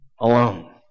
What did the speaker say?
alone